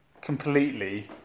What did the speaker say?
completely